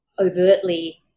overtly